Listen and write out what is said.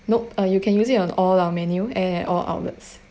nope or you can use it on all our menu and all outlets